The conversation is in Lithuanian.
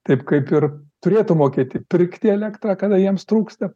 taip kaip ir turėtų mokėti pirkti elektrą kada jiems trūksta